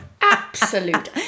absolute